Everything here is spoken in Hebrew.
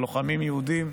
סיפורים של לוחמים יהודים,